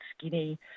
skinny